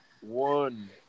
one